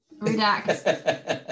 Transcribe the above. relax